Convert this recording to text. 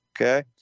okay